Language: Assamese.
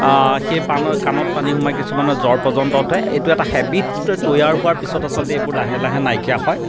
সেই কাণত পানীত সোমাই কিছুমানৰ জ্বৰ পৰ্যন্ত উঠে এইটো এটা হেবিট তৈয়াৰ হোৱাৰ পিছত আচলতে এইবোৰ লাহে লাহে নাইকিয়া হয়